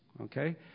okay